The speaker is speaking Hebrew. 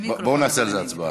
בואו נעשה על זה הצבעה.